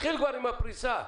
עם הפריסה.